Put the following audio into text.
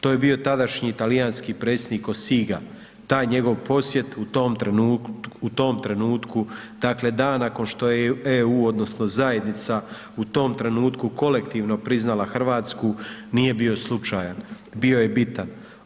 To je bio tadašnji talijanski predsjednik Cossiga, taj njegov posjet u tom trenutku, dakle dan nakon što je EU odnosno zajednica u tom trenutku kolektivno priznala Hrvatsku, nije bio slučajan, bio je bitan.